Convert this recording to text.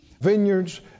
vineyards